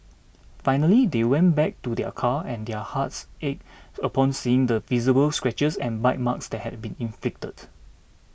finally they went back to their car and their hearts ached upon seeing the visible scratches and bite marks that had been inflicted